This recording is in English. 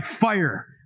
fire